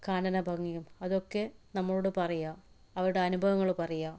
കാനന ഭംഗിയും അതൊക്കെ നമ്മളോട് പറയുക അവരുടെ അനുഭവങ്ങൾ പറയുക